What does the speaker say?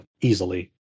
easily